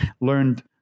learned